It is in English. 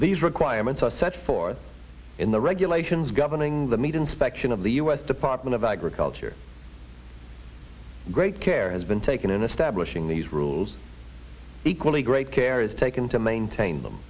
these requirements are set forth in the regulations governing the meat inspection of the us department of agriculture great care has been taken in establishing these rules equally great care is taken to maintain them